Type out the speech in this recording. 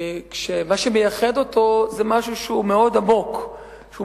שמה שמייחד אותו זה משהו שהוא מאוד עמוק, שהוא